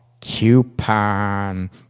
coupon